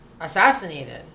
assassinated